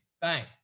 Bang